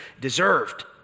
deserved